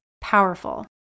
powerful